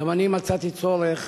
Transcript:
גם אני מצאתי צורך